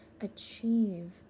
achieve